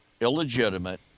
illegitimate